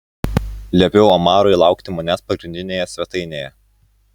liepiau omarui laukti manęs pagrindinėje svetainėje